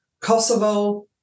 Kosovo